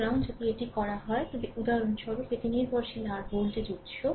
সুতরাং যদি এটি করা হয় তবে এটি উদাহরণস্বরূপ এটি নির্ভরশীল r ভোল্টেজ উত্স